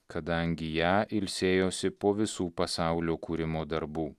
kadangi ją ilsėjosi po visų pasaulio kūrimo darbų